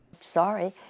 Sorry